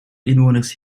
inwoners